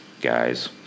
guys